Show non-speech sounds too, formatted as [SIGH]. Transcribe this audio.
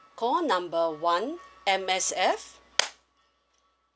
call number one M_S_F [NOISE]